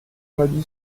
l’habit